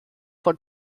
von